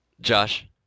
Josh